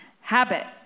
Habit